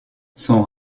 son